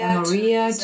Maria